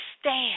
stand